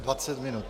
Dvacet minut.